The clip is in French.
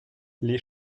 les